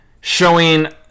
showing